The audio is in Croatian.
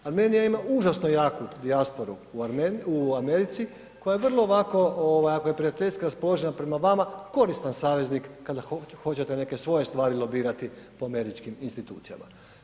Armenija ima užasno jaku dijasporu u Americi koja je vrlo ovako ovaj ako je prijateljski raspoložena prema vama, koristan saveznik kada hoćete neke svoje stvari lobirati po američkim institucijama.